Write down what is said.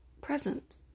present